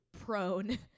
prone